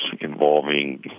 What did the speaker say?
involving